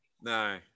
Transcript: No